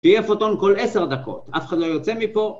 תהיה פוטון כל עשר דקות, אף אחד לא יוצא מפה.